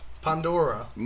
pandora